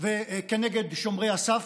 וכנגד שומרי הסף,